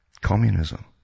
communism